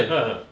ah